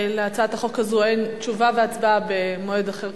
להצעת החוק הזו תשובה והצבעה במועד אחר,